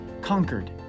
conquered